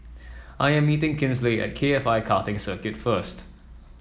I am meeting Kinsley at K F I Karting Circuit first